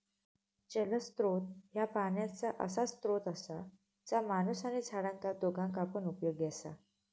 जलस्त्रोत ह्या पाण्याचा असा स्त्रोत असा जा माणूस आणि झाडांका दोघांका पण उपयोगी असा